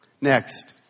Next